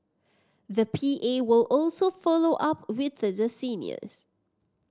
the P A will also follow up with the seniors